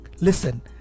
listen